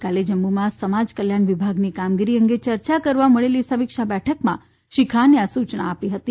ગઇકાલે જમ્મુમાં સમાજ કલ્યાણ વિભાગની કામગીરી અંગે યર્યા કરવા મળેલી સમિક્ષા બેઠકમાં શ્રી ફારૂક ખાને આ સુચના આપી હતી